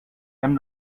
hem